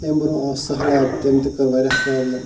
اَمہِ برٛۄنہہ آو سہلاب تٔمۍ تہِ کٔر واریاہ پرٛابلٕم